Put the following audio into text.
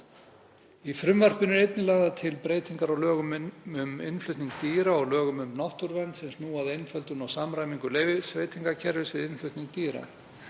Í frumvarpinu eru einnig lagðar til breytingar á lögum um innflutning dýra og lögum um náttúruvernd sem snúa að einföldun og samræmingu leyfisveitingakerfis við innflutning dýra.